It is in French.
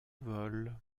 vol